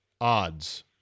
odds